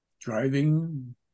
driving